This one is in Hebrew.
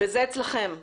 זה אצלכם.